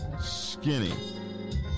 skinny